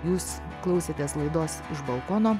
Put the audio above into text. jūs klausėtės laidos iš balkono